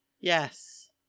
Yes